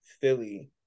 Philly